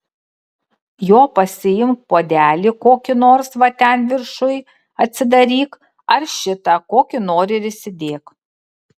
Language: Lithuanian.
jo pasiimk puodelį kokį nors va ten viršuj atsidaryk ar šitą kokį nori ir įsidėk